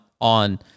on